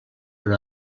per